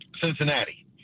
Cincinnati